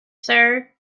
sir